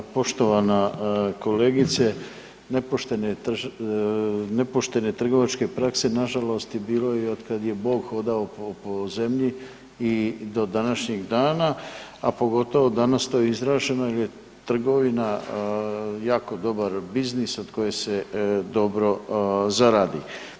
Poštovana kolegice, nepoštene trgovačke prakse nažalost bilo je i kad je bog hodao po zemlji i do današnjeg dana a pogotovo danas to je izraženo je trgovina jako dobar biznis od koje se dobro zaradi.